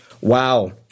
wow